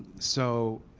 so,